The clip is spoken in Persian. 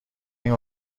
این